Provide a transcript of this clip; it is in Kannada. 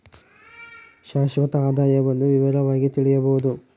ಶಾಶ್ವತ ಆದಾಯವನ್ನು ವಿವರವಾಗಿ ತಿಳಿಯಬೊದು